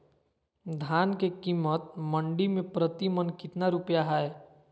धान के कीमत मंडी में प्रति मन कितना रुपया हाय?